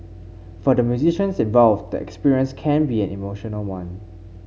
for the musicians involved the experience can be an emotional one